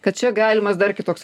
kad čia galimas dar kitoks